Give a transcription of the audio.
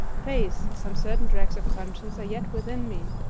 faith, some certain dregs of conscience are yet within me.